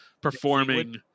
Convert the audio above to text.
performing